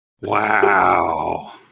Wow